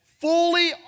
fully